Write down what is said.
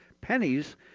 pennies